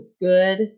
good